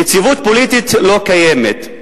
יציבות פוליטית לא קיימת.